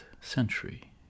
century